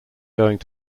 going